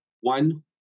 one